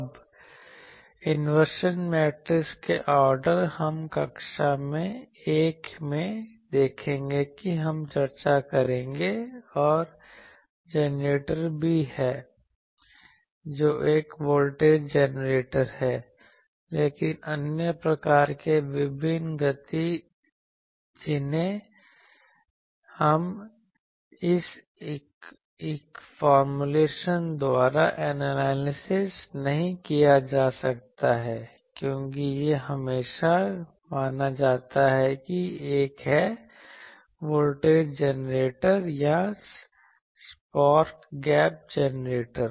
अब inversion matrix के order हम कक्षा एक में देखेंगे कि हम चर्चा करेंगे और जनरेटर भी है जो एक वोल्टेज जनरेटर है लेकिन अन्य प्रकार के विभिन्न गति जिन्हें इस फॉर्मूलेशन द्वारा एनालाइज नहीं किया जा सकता है क्योंकि यह हमेशा माना जाता है कि एक है वोल्टेज जनरेटर या स्पार्क गैप जनरेटर